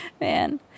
Man